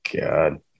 God